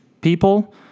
people